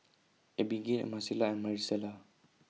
Abigail Marcela and Marisela